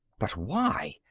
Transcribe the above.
but why?